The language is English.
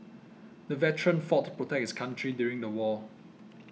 the veteran fought to protect his country during the war